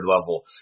level